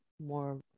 more